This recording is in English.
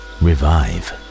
revive